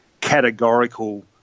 categorical